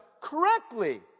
correctly